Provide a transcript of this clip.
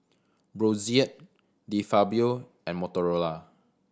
Brotzeit De Fabio and Motorola